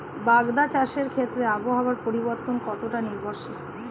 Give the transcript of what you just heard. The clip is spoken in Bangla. বাগদা চাষের ক্ষেত্রে আবহাওয়ার পরিবর্তন কতটা নির্ভরশীল?